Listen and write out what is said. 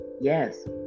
yes